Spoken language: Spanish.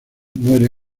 muere